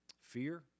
fear